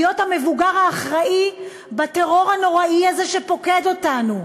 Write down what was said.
להיות המבוגר האחראי בטרור הנוראי הזה שפוקד אותנו.